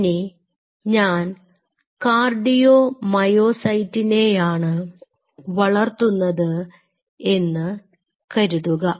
ഇനി ഞാൻ കാർഡിയോമയോസൈറ്റിനെയാണ് വളർത്തുന്നത് എന്ന് കരുതുക